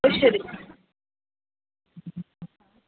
ಎಷ್ಟೊತ್ತಿಗೆ